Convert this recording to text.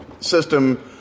system